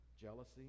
jealousy